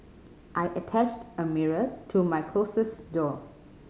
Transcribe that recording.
I attached a mirror to my closet door